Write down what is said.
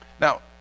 Now